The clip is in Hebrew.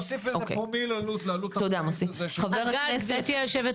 ולהוסיף איזה פרומיל עלות לעלות --- גבירתי היו"ר.